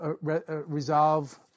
resolve